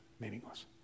Meaningless